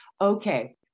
okay